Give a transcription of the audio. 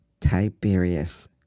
Tiberius